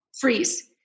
Freeze